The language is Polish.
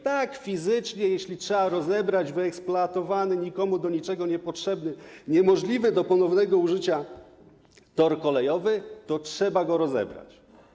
Tak, fizycznie trzeba rozebrać wyeksploatowany, nikomu do niczego niepotrzebny, niemożliwy do ponownego użycia tor kolejowy, trzeba go rozebrać.